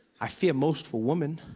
i fear most for woman,